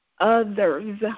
others